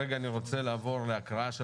כרגע אני רוצה לעבור להקראה.